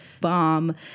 bomb